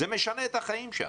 זה משנה את החיים שם.